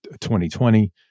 2020